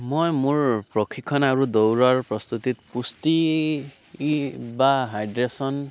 মই মোৰ প্ৰশিক্ষণ আৰু দৌৰাৰ প্ৰস্তুতিত পুষ্টি বা হাইড্ৰেশ্যন